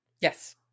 Yes